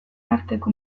arteko